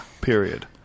period